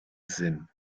sinn